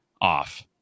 off